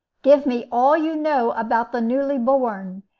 give me all you know about the newly born,